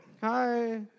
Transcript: Hi